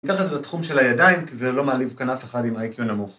ניקח את זה לתחום של הידיים כי זה לא מעליב כאן אף אחד עם אייקיו נמוך.